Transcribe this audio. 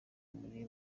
muri